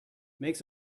makes